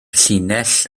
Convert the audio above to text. llinell